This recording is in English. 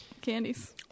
candies